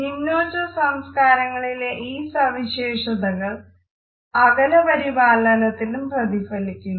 നിമ്നോച്ച സംസ്കാരങ്ങളിലെ ഈ സവിശേഷതകൾ അകല പരിപാലനത്തിലും പ്രതിഫലിക്കുന്നു